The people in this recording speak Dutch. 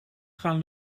gaan